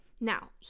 now